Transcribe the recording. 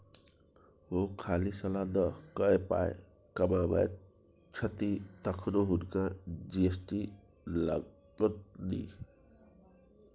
ओ खाली सलाह द कए पाय कमाबैत छथि तखनो हुनका जी.एस.टी लागतनि